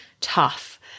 tough